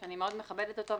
שאני מאוד מכבדת אותו,